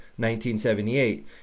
1978